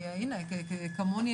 כמוני,